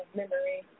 memory